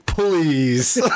Please